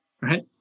Right